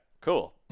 cool